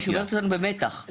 היא שומרת אותנו במתח.